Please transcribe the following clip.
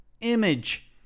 image